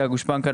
זאת הגושפנקא.